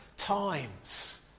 times